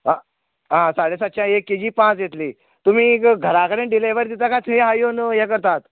आं आं साडेसातश्या एक के जी पांच येतली तुमी घरां कडेन डिलिवर दिता काय थंय हांव येवन हे करतात